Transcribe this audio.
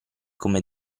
come